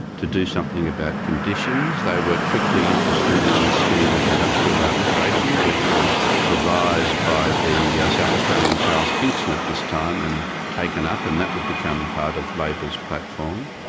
to do something about conditions. they were quickly interested in the scheme of industrial arbitration which was devised by the south australian, charles kingston, at this time and taken up and that would become part of labor's platform.